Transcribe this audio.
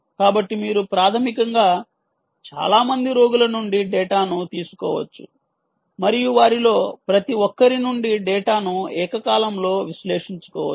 కాబట్టి మీరు ప్రాథమికంగా చాలా మంది రోగుల నుండి డేటాను తీసుకోవచ్చు మరియు వారిలో ప్రతి ఒక్కరి నుండి డేటాను ఏకకాలంలో విశ్లేషించవచ్చు